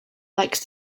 likes